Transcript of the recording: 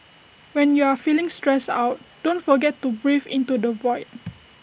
when you are feeling stressed out don't forget to breathe into the void